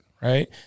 right